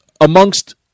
Amongst